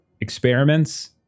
experiments